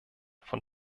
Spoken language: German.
von